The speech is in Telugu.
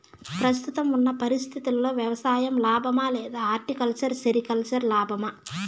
ప్రస్తుతం ఉన్న పరిస్థితుల్లో వ్యవసాయం లాభమా? లేదా హార్టికల్చర్, సెరికల్చర్ లాభమా?